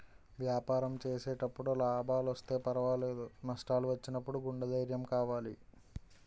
వ్యాపారం చేసేటప్పుడు లాభాలొస్తే పర్వాలేదు, నష్టాలు వచ్చినప్పుడు గుండె ధైర్యం కావాలి